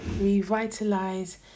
Revitalize